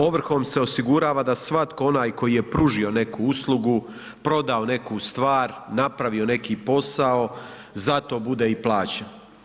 Ovrhom se osigurava da svatko onaj koji je pružio neku uslugu, prodao neku stvar, napravio neki posao za to bude i plaćen.